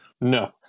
No